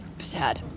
sad